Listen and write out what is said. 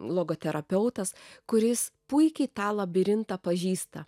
logoterapeutas kuris puikiai tą labirintą pažįsta